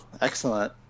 Excellent